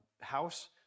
house